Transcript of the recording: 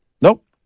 Nope